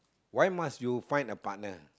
why must you find a partner